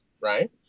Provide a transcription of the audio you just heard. Right